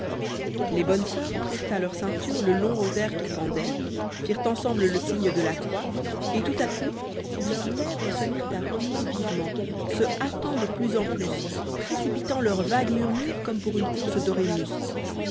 les bonnes soeurs prirent à leur ceinture le long rosaire qui pendait firent ensemble le signe de la croix et tout à coup leurs lèvres se mirent à remuer vivement se hâtant de plus en plus précipitant leur vague murmure comme pour une course d'oremus